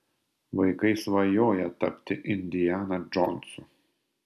vaikai svajoja tapti indiana džonsu